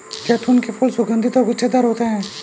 जैतून के फूल सुगन्धित और गुच्छेदार होते हैं